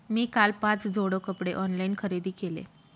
मी काल पाच जोड कपडे ऑनलाइन खरेदी केले